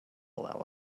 allow